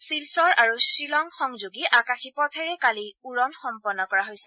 শিলচৰ আৰু শ্বিলং সংযোগী আকাশী পথেৰে কালি উড়ন সম্পন্ন কৰা হৈছিল